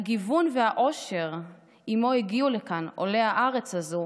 בגיוון ובעושר שעימו הגיעו לכאן עולי הארץ הזו